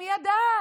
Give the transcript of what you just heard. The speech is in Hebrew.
מי ידע?